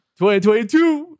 2022